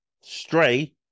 Stray